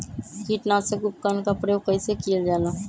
किटनाशक उपकरन का प्रयोग कइसे कियल जाल?